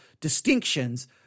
distinctions